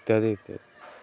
ଇତ୍ୟାଦି ଇତ୍ୟାଦି